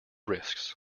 risks